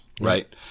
right